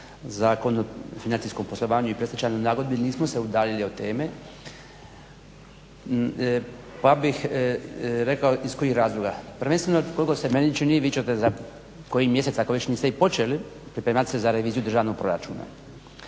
Zakon o financijskom poslovanju i predstečajnoj nagodbi nismo se udaljili od teme pa bih rekao iz kojih razloga. Prvenstveno koliko se meni čini vi ćete za koji mjesec ako već niste i počeli, pripremati se za reviziju državnog proračuna